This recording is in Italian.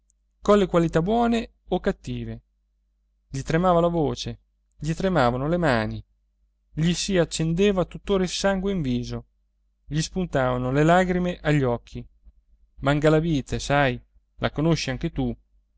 zolla colle qualità buone o cattive gli tremava la voce gli tremavano le mani gli si accendeva tuttora il sangue in viso gli spuntavano le lagrime agli occhi mangalavite sai la conosci anche tu